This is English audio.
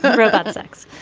but robot sex.